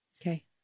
Okay